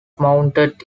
mounted